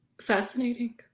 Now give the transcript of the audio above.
Fascinating